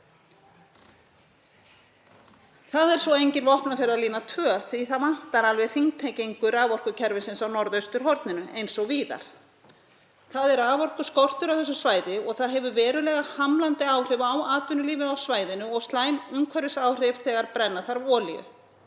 Það er svo engin Vopnafjarðarlína tvö því það vantar alveg hringtengingu raforkukerfisins á norðausturhorninu eins og víðar. Það er raforkuskortur á þessu svæði og það hefur verulega hamlandi áhrif á atvinnulífið á svæðinu og slæm umhverfisáhrif þegar brenna þarf olíu.